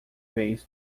vez